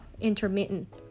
Intermittent